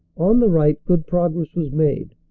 on the right good progress was made,